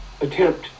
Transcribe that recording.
attempt